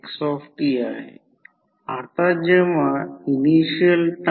त्याचप्रमाणे E2 देखील E2 देखील मागे पडेल आणि E2 V2 कारण एक आयडियल ट्रान्सफॉर्मर विचारात घेतले आहे